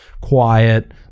quiet